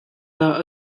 dah